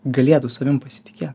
galėtų savim pasitikėt